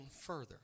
further